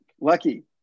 Lucky